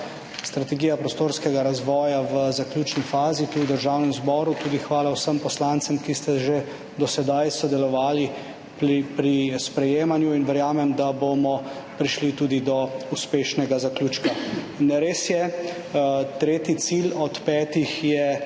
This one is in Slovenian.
strategija prostorskega razvoja v zaključni fazi tu v Državnem zboru. Tudi hvala vsem poslancem, ki ste že do sedaj sodelovali pri sprejemanju, in verjamem, da bomo prišli tudi do uspešnega zaključka. In res je, tretji cilj od petih je